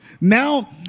now